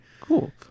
Cool